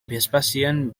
vespasian